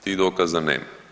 Tih dokaza nema.